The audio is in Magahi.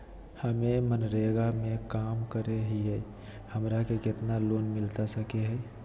हमे मनरेगा में काम करे हियई, हमरा के कितना लोन मिलता सके हई?